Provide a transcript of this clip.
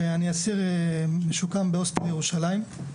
ואני אסיר משוקם בהוסטל ירושלים.